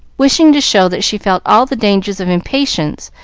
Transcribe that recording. wishing to show that she felt all the dangers of impatience,